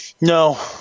No